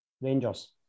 Rangers